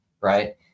right